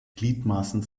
gliedmaßen